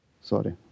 Sorry